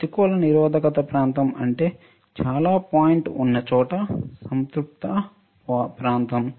ప్రతికూల నిరోధక ప్రాంతం అంటే చాలా పాయింట్ ఉన్న చోట సంతృప్త ప్రాంతం